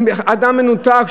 על אדם מנותק,